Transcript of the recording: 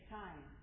time